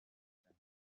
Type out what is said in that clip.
افزایش